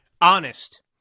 honest